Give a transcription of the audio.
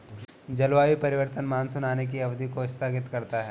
जलवायु परिवर्तन मानसून आने की अवधि को स्थगित करता है